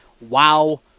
wow